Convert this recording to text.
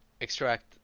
extract